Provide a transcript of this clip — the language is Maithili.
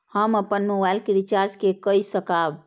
हम अपन मोबाइल के रिचार्ज के कई सकाब?